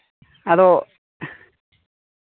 ᱟᱫᱚ